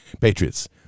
Patriots